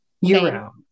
Year-round